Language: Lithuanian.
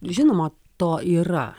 žinoma to yra